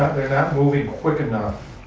not moving quick enough.